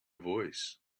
voice